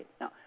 No